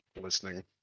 listening